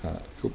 ugh